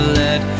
let